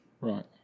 Right